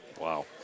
Wow